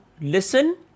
listen